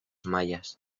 mayas